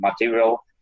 material